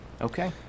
okay